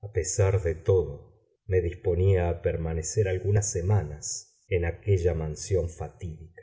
a pesar de todo me disponía a permanecer algunas semanas en aquella mansión fatídica